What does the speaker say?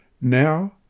Now